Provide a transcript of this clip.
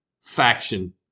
faction